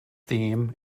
theme